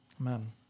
Amen